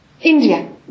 India